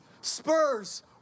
Spurs